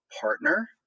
partner